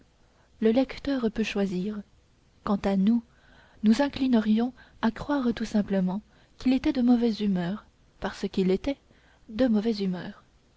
le lecteur peut choisir quant à nous nous inclinerions à croire tout simplement qu'il était de mauvaise humeur parce qu'il était de mauvaise humeur